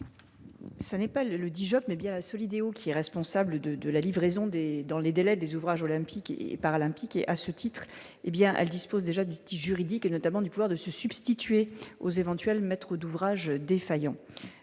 ça n'est pas le Dijonnais bien la Solideo qui est responsable de de la livraison des dans les délais des ouvrages olympiques et paralympiques et à ce titre, hé bien elle dispose déjà du litiges juridiques et notamment du pouvoir de se substituer aux éventuels, maître d'ouvrage défaillant,